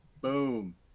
Boom